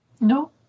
No